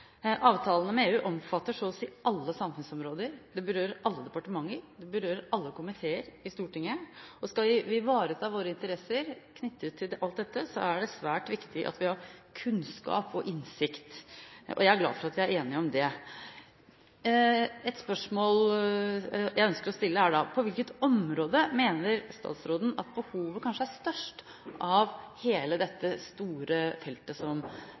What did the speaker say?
Avtalene med EU omfatter så å si alle samfunnsområder, det berører alle departementer, det berører alle komiteer i Stortinget, og skal vi ivareta våre interesser knyttet til alt dette, er det svært viktig at vi har kunnskap og innsikt, og jeg er glad for at vi er enige om det. Et spørsmål jeg ønsker å stille, er da: På hvilket område mener statsråden at behovet kanskje er størst med tanke på hele dette store feltet som